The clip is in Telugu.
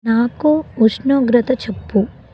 నాకు ఉష్ణోగ్రత చెప్పు